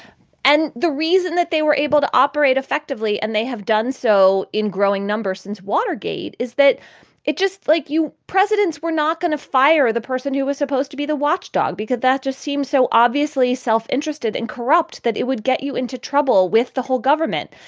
and the reason that they were able to operate effectively and they have done so in growing numbers since watergate, is that it? just like you presidents were not going to fire the person who was supposed to be the watchdog because that just seems so obviously self-interested and corrupt that it would get you into trouble with the whole. government.